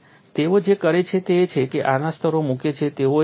અને તેઓ જે કરે છે તે છે કે તેઓ આના સ્તરો મૂકે છે